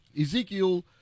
Ezekiel